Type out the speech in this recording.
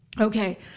Okay